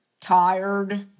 tired